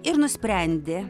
ir nusprendė